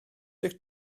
dic